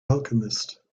alchemist